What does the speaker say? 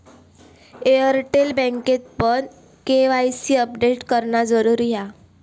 Airtel बँकेतपण KYC update करणा जरुरी हा